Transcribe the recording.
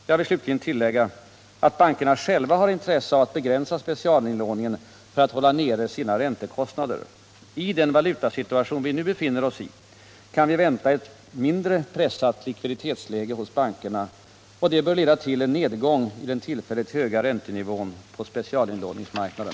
Jag vill slutligen tillägga att bankerna själva har intresse av att begränsa specialinlåningen för att hålla nere sina räntekostnader. I den valutasituation vi nu befinner oss i kan vi vänta ett mindre pressat likviditetsläge hos bankerna. Detta bör leda till en nedgång i den tillfälligt höga räntenivån på specialinlåningsmarknaden.